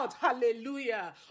hallelujah